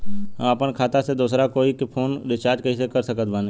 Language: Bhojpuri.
हम अपना खाता से दोसरा कोई के फोन रीचार्ज कइसे कर सकत बानी?